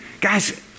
guys